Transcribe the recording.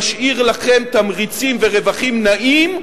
הוא חוק שמשאיר לכם תמריצים ורווחים נאים,